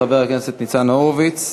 חבר הכנסת ניצן הורוביץ,